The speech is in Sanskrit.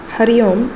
हरि ओं